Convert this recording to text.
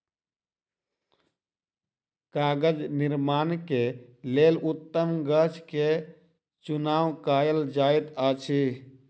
कागज़ निर्माण के लेल उत्तम गाछ के चुनाव कयल जाइत अछि